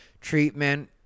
treatment